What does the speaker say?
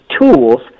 tools